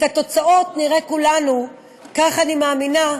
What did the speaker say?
את התוצאות נראה כולנו, כך אני מאמינה,